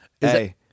hey